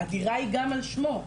הדירה היא גם על שמו.